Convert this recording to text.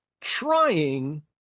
trying